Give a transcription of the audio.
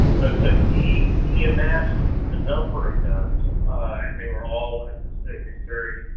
but but he he amassed a number of guns ah and they were all very, very